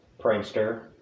prankster